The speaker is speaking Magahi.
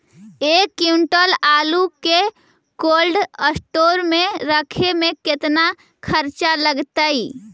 एक क्विंटल आलू के कोल्ड अस्टोर मे रखे मे केतना खरचा लगतइ?